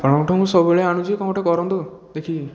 ଆପଣଙ୍କଠୁ ମୁଁ ସବୁବେଳେ ଆଣୁଛି କ'ଣ ଗୋଟେ କରନ୍ତୁ ଦେଖିକି